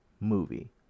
movie